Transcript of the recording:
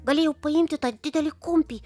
galėjau paimti tą didelį kumpį